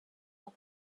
are